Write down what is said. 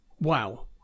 wow